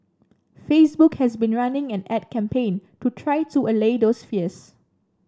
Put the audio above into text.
facebook has been running an ad campaign to try to allay those fears